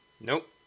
Nope